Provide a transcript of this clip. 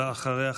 ואחריה,